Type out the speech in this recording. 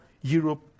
Europe